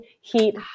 heat